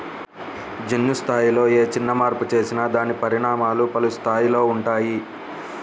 జన్యు స్థాయిలో ఏ చిన్న మార్పు చేసినా దాని పరిణామాలు పలు స్థాయిలలో ఉంటాయి